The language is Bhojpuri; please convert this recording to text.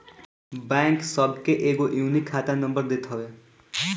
बैंक सबके एगो यूनिक खाता नंबर देत हवे